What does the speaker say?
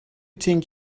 think